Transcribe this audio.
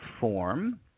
form